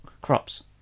crops